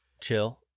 chill